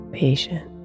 patient